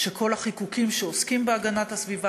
שכל החיקוקים שעוסקים בהגנת הסביבה